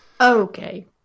Okay